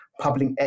public